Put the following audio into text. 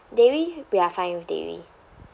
dairy we are fine with dairy